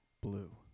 blue